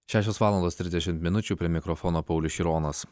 šešios valandos trisdešimt minučių prie mikrofono paulius šironas